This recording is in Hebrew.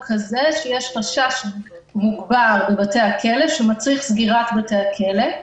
כזה שיש חשש מוגבר בבתי הכלא שמצריך את סגירת בתי הכלא.